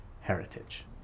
heritage